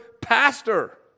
pastor